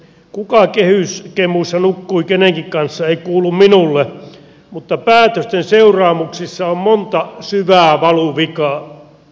kuka kehyskemuissa nukkui kenenkin kanssa ei kuulu minulle mutta päätösten seuraamuksissa on monta syvää valuvikaa